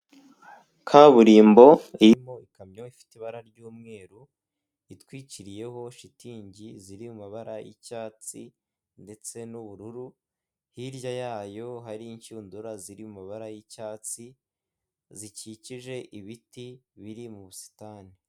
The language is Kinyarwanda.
Kaburimbo irimo ikamyo ifite ibara ry'umweru itwikiriyeho shitingi ziri mu mabara y'icyatsi ndetse n'ubururu hirya yayo hari inshundura ziri mu mabara y'icyatsi zikikije ibiti biri mu busitani.